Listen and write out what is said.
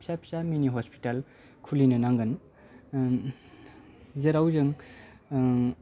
फिसा फिसा मिनि हस्पिताल खुलिनो नांगोन जेराव जों